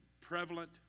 prevalent